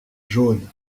jaune